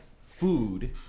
food